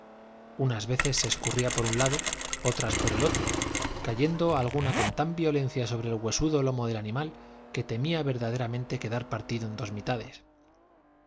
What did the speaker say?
unas veces se escurría por un lado otras por el otro cayendo algunas con tal violencia sobre el huesudo lomo del animal que temía verdaderamente quedar partido en dos mitades